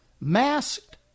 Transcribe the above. masked